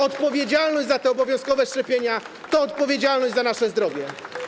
Odpowiedzialność za te obowiązkowe szczepienia to odpowiedzialność za nasze zdrowie.